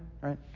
right